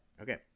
Okay